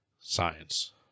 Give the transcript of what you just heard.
Science